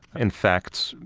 in fact,